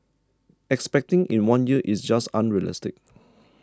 expecting in one year is just unrealistic